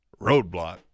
Roadblock